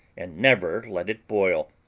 and never let it boil.